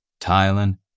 Thailand